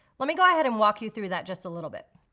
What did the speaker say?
let me go ahead and walk you through that just a little bit.